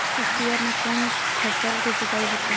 स्पीयर म कोन फसल के सिंचाई होथे?